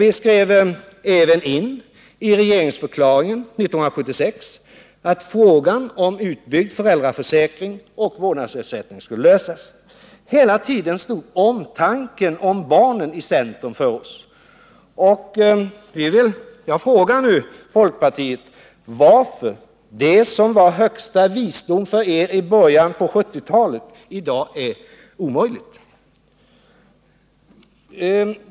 Vi skrev även in i regeringsförklaringen 1976 att frågan om utbyggd föräldraförsäkring och vårdnadsersättning skulle lösas. Hela tiden stod omtanken om barnen i centrum för oss. Jag vill nu fråga folkpartiet varför det som var högsta visdom för partiet i början på 1970-talet i dag är omöjligt.